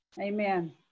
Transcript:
Amen